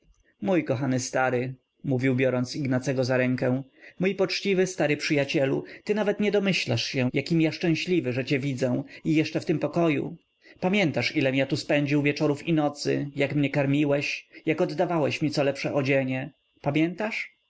mój kochany stary mówił biorąc ignacego za rękę mój poczciwy stary przyjacielu ty nawet nie domyślasz się jakim ja szczęśliwy że cię widzę i jeszcze w tym pokoju pamiętasz ilem ja tu spędził wieczorów i nocy jak mnie karmiłeś jak oddawałeś mi co lepsze odzienie pamiętasz